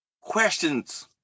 questions